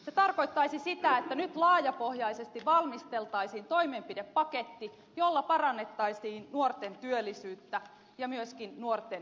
se tarkoittaisi sitä että nyt laajapohjaisesti valmisteltaisiin toimenpidepaketti jolla parannettaisiin nuorten työllisyyttä ja myöskin nuorten hyvinvointia